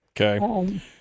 Okay